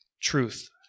truth